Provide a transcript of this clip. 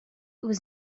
was